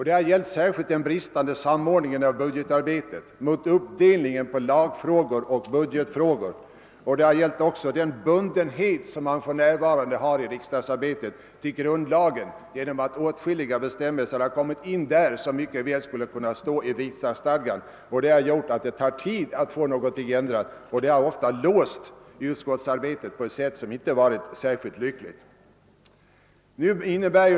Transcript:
Den har särskilt gällt den bristande samordningen av budgetarbetet och uppdelningen i lagfrågor och budgetfrågor. Den har också gällt den bundenhet som riksdagsarbetet för närvarande har till grundlagen. Där har införts åtskilliga bestämmelser, vilka mycket väl skulle kunna flyttas över till riksdagsstadgan. Detta har gjort att det tar tid att åstadkomma ändringar i bestämmelserna, vilket låst utskottsarbetet på ett inte särskilt lyckligt sätt.